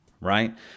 right